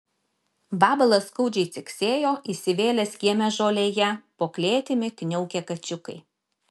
vabalas skaudžiai ciksėjo įsivėlęs kieme žolėje po klėtimi kniaukė kačiukai